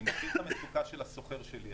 אני מכיר את המצוקה של השוכר שלי,